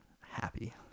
happy